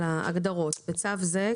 " הגדרות בצו זה,